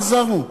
כמה עזרנו,